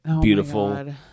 beautiful